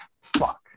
Fuck